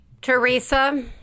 Teresa